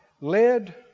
led